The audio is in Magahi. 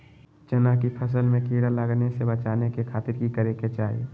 चना की फसल में कीड़ा लगने से बचाने के खातिर की करे के चाही?